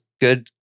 good